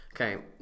Okay